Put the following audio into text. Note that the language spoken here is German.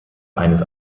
eines